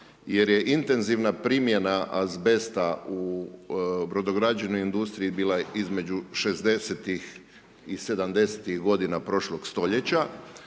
jer je intenzivna primjena azbesta u brodograđevnoj industriji bila između 60-tih i 70-tih godina prošloga stoljeća